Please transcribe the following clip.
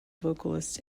vocalists